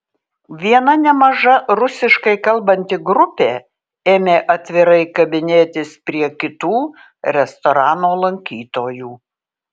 viena nemaža rusiškai kalbanti grupė ėmė atvirai kabinėtis prie kitų restorano lankytojų